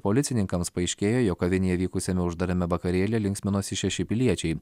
policininkams paaiškėjo jog kavinėje vykusiame uždarame vakarėlyje linksminosi šeši piliečiai